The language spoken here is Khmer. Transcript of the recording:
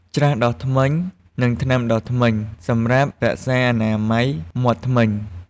ច្រាសដុសធ្មេញ និងថ្នាំដុសធ្មេញ សម្រាប់រក្សាអនាម័យមាត់ធ្មេញ។